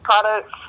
products